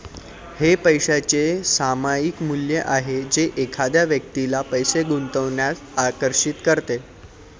हे पैशाचे सामायिक मूल्य आहे जे एखाद्या व्यक्तीला पैसे गुंतवण्यास आकर्षित करते